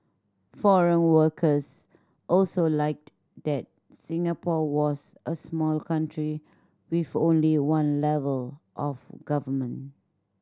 foreign workers also liked that Singapore was a small country with only one level of government